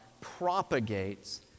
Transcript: propagates